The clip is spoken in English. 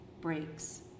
breaks